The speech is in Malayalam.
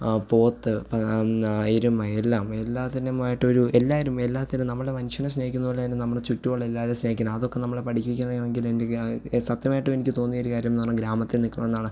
പോത്ത് എരുമ എല്ലാം എല്ലാത്തിൻ്റെയുമായിട്ടൊരു എല്ലാവരും എല്ലാത്തിനും നമ്മൾ മനുഷ്യനെ സ്നേഹിക്കുന്നത് പോലെ തന്നെ നമ്മൾ ചുറ്റുമുള്ള എല്ലാവരെയും സ്നേഹിക്കണം അതൊക്കെ നമ്മളെ പഠിപ്പിക്കുക അറിയാമെങ്കിൽ എൻ്റെ ഗ്രാ സത്യമായിട്ടും എനിക്ക് തോന്നിയൊരു കാര്യം എന്ന് പറഞ്ഞാൽ ഗ്രാമത്തിൽ നിൽക്കണമെന്നാണ്